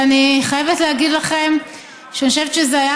ואני חייבת להגיד לכם שאני חושבת שזה היה